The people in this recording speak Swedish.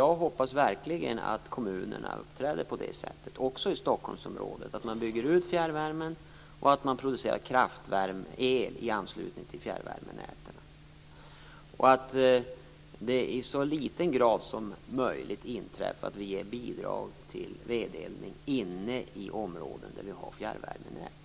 Jag hoppas verkligen att kommunerna uppträder så - också i Stockholmsområdet - att man bygger ut fjärrvärmen och att man producerar kraftvärmd el i anslutning till fjärrvärmenäten. Det skall i så liten grad som möjligt inträffa att vi ger bidrag till vedeldning inne i områden där det finns fjärrvärmenät.